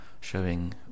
showing